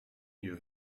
you